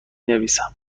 نویسم